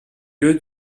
lieu